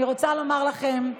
אני רוצה לומר לכם,